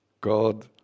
god